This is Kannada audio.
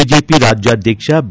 ಬಿಜೆಪಿ ರಾಜ್ಯಾಧ್ಯಕ್ಷ ಬಿ